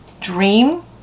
dream